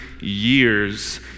years